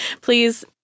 Please